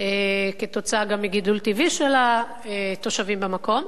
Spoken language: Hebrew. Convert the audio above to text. כתוצאה גם מגידול טבעי של התושבים במקום,